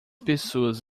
pessoas